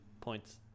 points